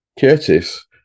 Curtis